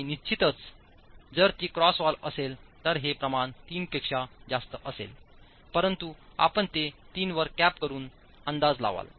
आणि निश्चितच जर ती क्रॉस वॉल असेल तर हे प्रमाण 3 पेक्षा जास्त असेल परंतु आपण ते 3 वर कॅप करून अंदाज लावाल